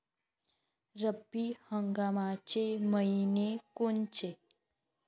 रब्बी हंगामाचे मइने कोनचे?